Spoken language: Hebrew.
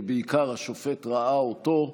ובעיקר השופט ראה אותו,